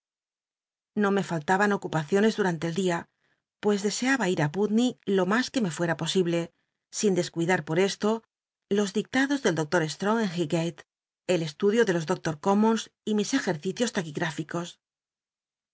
no me faltaban ocupaciones durante el dia pues deseaba it á l utncy lo mas que me fucta posible sin descuidar pot eslo los dictados del doctor strong en highgale el estudio de los doctos commons y mis ejercicios taquigráficos